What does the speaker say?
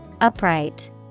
Upright